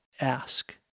ask